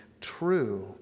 true